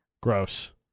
Gross